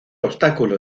obstáculo